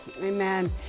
Amen